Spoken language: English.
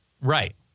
Right